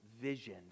vision